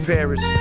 Paris